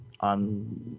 On